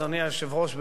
אדוני היושב-ראש,